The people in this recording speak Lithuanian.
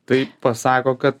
tai pasako kad